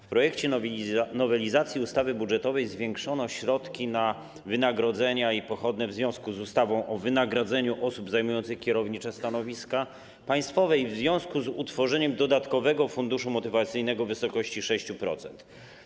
W projekcie nowelizacji ustawy budżetowej zwiększono środki na wynagrodzenia i pochodne w związku z ustawą o wynagrodzeniu osób zajmujących kierownicze stanowiska państwowe i utworzeniem dodatkowego funduszu motywacyjnego w wysokości 6%.